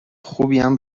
خوبیم